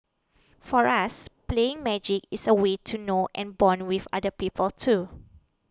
for us playing magic is a way to know and bond with other people too